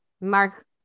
mark